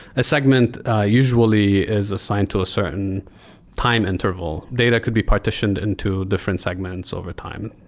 a segment usually is assigned to a certain time interval. data could be partitioned into different segments overtime,